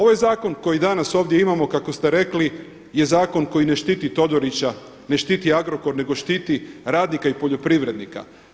Ovaj zakon koji danas ovdje imamo kako ste rekli je zakon koji ne štiti Todorića, ne štiti Agrokor nego štiti radnika i poljoprivrednika.